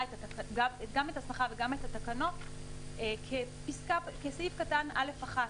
והתקנות כסעיף קטן א1.